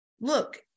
look